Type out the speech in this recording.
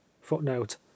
Footnote